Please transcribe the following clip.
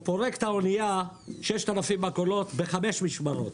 הוא פורק את האנייה שיש בה 6,000 מכולות בחמש משמרות